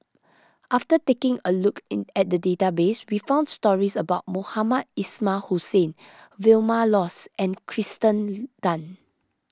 after taking a look in at the database we found stories about Mohamed Ismail Hussain Vilma Laus and Kirsten Tan